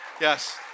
Yes